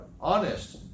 honest